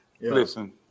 listen